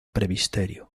pbro